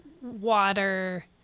water